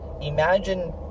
imagine